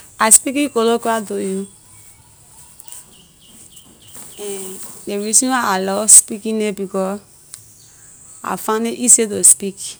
I speaking koloquoi to you and ley reason why I love speaking it becor I find it easy to speak.